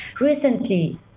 Recently